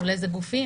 מול איזה גופים?